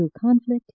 Conflict